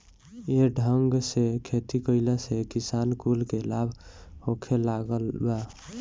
ये ढंग से खेती कइला से किसान कुल के लाभ होखे लागल बा